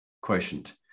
quotient